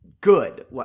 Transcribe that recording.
Good